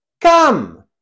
come